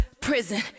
prison